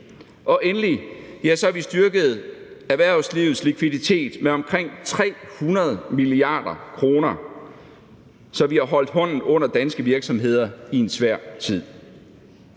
og endelig har vi styrket erhvervslivets likviditet med omkring 300 mia. kr. Så vi har holdt hånden under danske virksomheder i en svær tid.